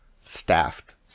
staffed